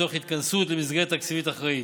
לצורך התכנסות במסגרת תקציבית אחראית.